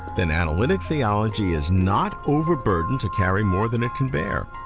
then analytic theology is not overburdened to carry more than it can bear.